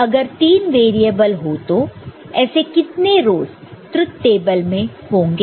अगर 3 वेरिएबल हो तो ऐसे कितने रोस ट्रुथ टेबल में होंगे